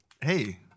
hey